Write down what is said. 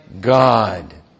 God